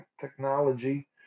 technology